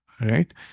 right